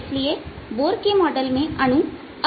इसलिए बोर के मॉडल में अणु अस्थिर होगा